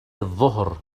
الظهر